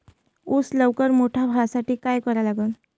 ऊस लवकर मोठा व्हासाठी का करा लागन?